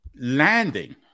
landing